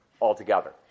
altogether